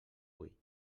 vull